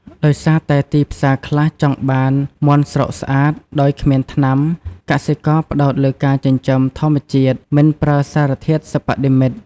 ដោយសារតែទីផ្សារខ្លះចង់បានមាន់ស្រុកស្អាត ដោយគ្មានថ្នាំ កសិករផ្តោតលើការចិញ្ចឹមធម្មជាតិ មិនប្រើសារធាតុសិប្បនិម្មិត។